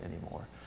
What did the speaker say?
anymore